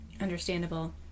Understandable